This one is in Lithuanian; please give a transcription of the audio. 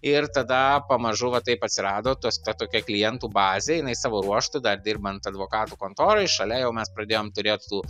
ir tada pamažu va taip atsirado tos ta tokia klientų bazė jinai savo ruožtu dar dirbant advokatų kontoroj šalia jau mes pradėjom turėt tų